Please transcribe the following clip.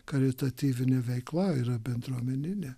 karitatyvinė veikla yra bendruomeninė